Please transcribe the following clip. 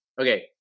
okay